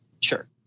Sure